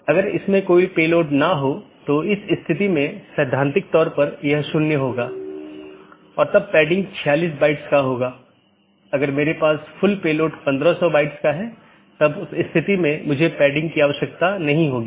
यदि हम पूरे इंटरनेट या नेटवर्क के नेटवर्क को देखते हैं तो किसी भी सूचना को आगे बढ़ाने के लिए या किसी एक सिस्टम या एक नेटवर्क से दूसरे नेटवर्क पर भेजने के लिए इसे कई नेटवर्क और ऑटॉनमस सिस्टमों से गुजरना होगा